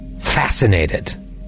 Fascinated